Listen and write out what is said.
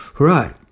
Right